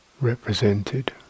represented